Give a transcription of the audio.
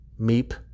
Meep